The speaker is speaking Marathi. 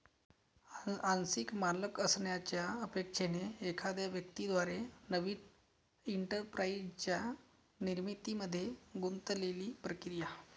आंशिक मालक असण्याच्या अपेक्षेने एखाद्या व्यक्ती द्वारे नवीन एंटरप्राइझच्या निर्मितीमध्ये गुंतलेली प्रक्रिया